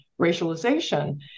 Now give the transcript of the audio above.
racialization